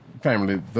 family